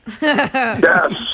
Yes